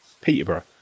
Peterborough